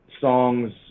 songs